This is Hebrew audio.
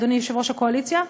אדוני יושב-ראש הקואליציה,